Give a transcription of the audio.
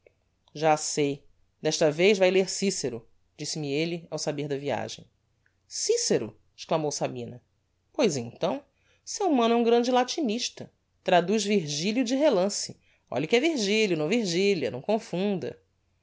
já sei desta vez vae ler cicero disse-me elle ao saber da viagem cicero exclamou sabina pois então seu mano é um grande latinista traduz virgilio de relance olhe que é virgilio e não virgilia não confunda